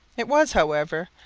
it was, however,